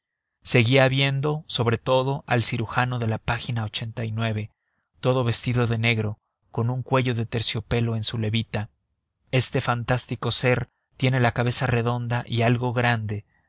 seguía viendo sobre todo al cirujano de la página todo vestido de negro con un cuello de terciopelo en su levita este fantástico ser tiene la cabeza redonda y algo grande